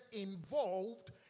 involved